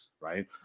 right